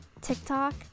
TikTok